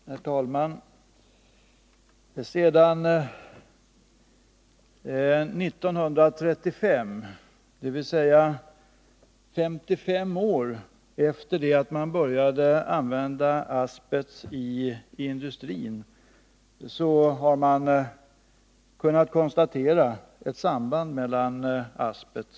Herr talman! Sedan 1935, dvs. 55 år efter det att man började använda asbest i industrin, har ett samband mellan asbest och cancer varit känt.